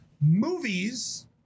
movies